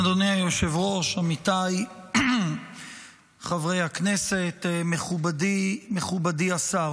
אדוני היושב-ראש, עמיתיי חברי הכנסת, מכובדי השר,